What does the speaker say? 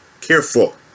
careful